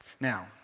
Now